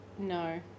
No